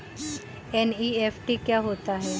NEFT क्या होता है?